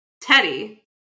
Teddy